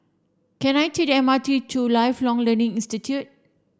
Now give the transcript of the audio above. can I take the M R T to Lifelong Learning Institute